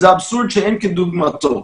זה אבסורד שאין כדוגמתו.